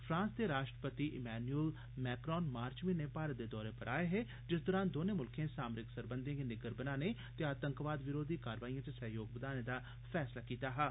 France दे राश्ट्रपति Emmanuel Macron मार्च म्हीने भारत दे दौरे पर आए हे जिस दरान दौनें मुल्खें सामरिक सरबंघें गी निग्गर बनाने ते आतंकवाद विरोधी कारवाइएं च सैह्योग बघाने दा फैसला कीता हा